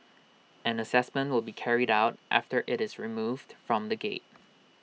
an Assessment will be carried out after IT is removed from the gate